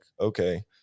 okay